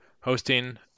hosting